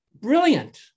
brilliant